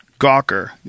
Gawker